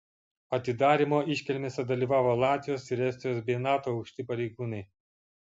atidarymo iškilmėse dalyvavo latvijos ir estijos bei nato aukšti pareigūnai